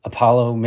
Apollo